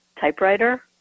typewriter